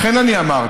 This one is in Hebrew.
לכן אני אמרתי,